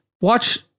watch